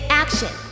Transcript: action